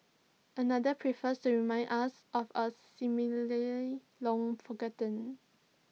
another prefers to remind us of A similar long forgotten